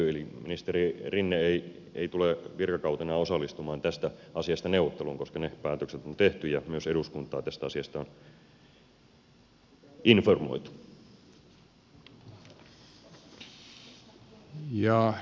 eli ministeri rinne ei tule virkakautenaan osallistumaan tästä asiasta neuvotteluun koska ne päätökset on tehty ja myös eduskuntaa tästä asiasta on informoitu